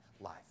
life